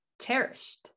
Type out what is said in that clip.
cherished